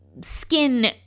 skin